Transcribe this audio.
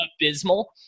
abysmal